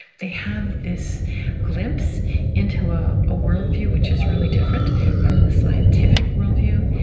they have this glimpse into a ah worldview which is really different from the scientific worldview.